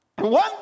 one